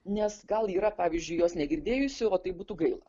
nes gal yra pavyzdžiui jos negirdėjusių o tai būtų gaila